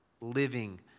living